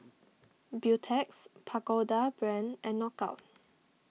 Beautex Pagoda Brand and Knockout